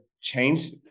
change